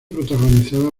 protagonizada